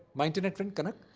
my internet friend kanak.